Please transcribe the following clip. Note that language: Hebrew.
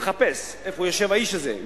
לחפש איפה יושב האיש הזה,